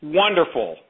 wonderful